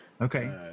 Okay